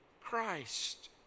Christ